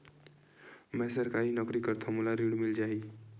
मै सरकारी नौकरी करथव मोला ऋण मिल जाही?